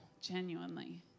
genuinely